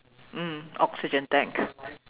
mm oxygen tank